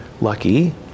lucky